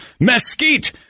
mesquite